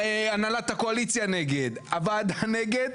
הנהלת הקואליציה נגד, הוועדה נגד.